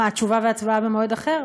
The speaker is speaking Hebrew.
מה, תשובה והצבעה במועד אחר?